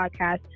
podcast